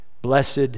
Blessed